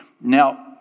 Now